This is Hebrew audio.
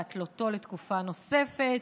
להתלותו לתקופה נוספת,